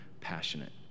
passionate